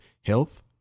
health